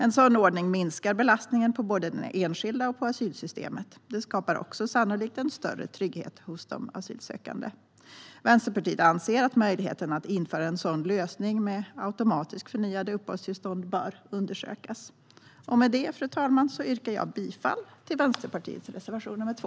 En sådan ordning minskar belastningen både på den enskilda och på asylsystemet. Det skapar också sannolikt en större trygghet hos de asylsökande. Vänsterpartiet anser att möjligheten att införa en sådan lösning med automatiskt förnyade uppehållstillstånd bör undersökas. Fru talman! Med det yrkar jag bifall till Vänsterpartiets reservation nr 2.